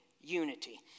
unity